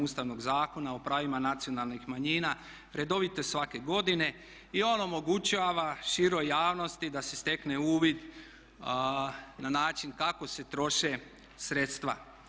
Ustavnog zakona o pravima nacionalnih manjina redovito svake godine i on omogućava široj javnosti da se stekne uvid na način kako se troše sredstva.